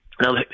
Now